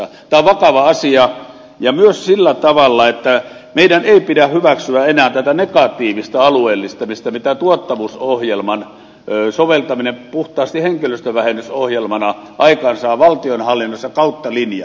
tämä on vakava asia ja myös sillä tavalla että meidän ei pidä hyväksyä enää tätä negatiivista alueellistamista mitä tuottavuusohjelman soveltaminen puhtaasti henkilöstönvähennysohjelmana aikaansaa valtionhallinnossa kautta linjan